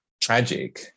tragic